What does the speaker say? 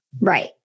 Right